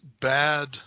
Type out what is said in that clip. bad